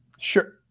sure